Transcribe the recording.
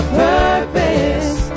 purpose